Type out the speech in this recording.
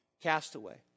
Castaway